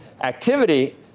activity